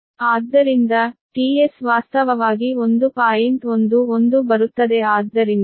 ಆದ್ದರಿಂದ tS ವಾಸ್ತವವಾಗಿ 1